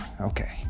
Okay